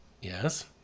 Yes